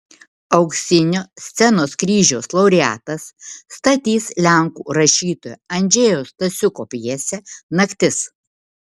auksinio scenos kryžiaus laureatas statys lenkų rašytojo andžejaus stasiuko pjesę naktis